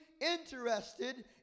interested